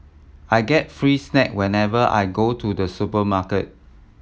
I get free snack whenever I go to the supermarket